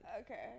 Okay